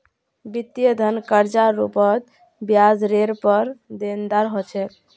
वित्तीय धन कर्जार रूपत ब्याजरेर पर देनदार ह छे